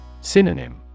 Synonym